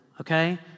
okay